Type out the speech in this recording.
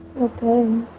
Okay